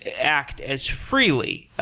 act as freely,